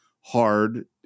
hard